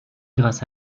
grâce